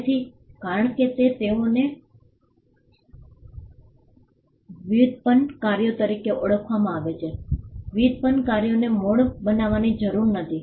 તેથી કારણ કે તેઓને વ્યુત્પન્ન કાર્યો તરીકે ઓળખવામાં આવે છે વ્યુત્પન્ન કાર્યોને મૂળ બનાવવાની જરૂર નથી